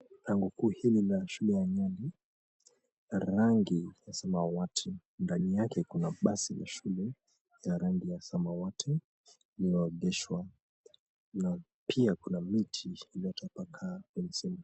Bango kuu hili la shule ya nyali ya rangi ya samawati ndani yake kuna basi la shule ya rangi ya samawati iliyoegeshwa na pia kuna miti iliyotapakaa.